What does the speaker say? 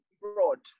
broad